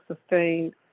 sustained